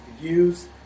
use